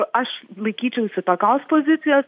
aš laikyčiausi tokios pozicijos